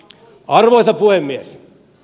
arvoisa puhemies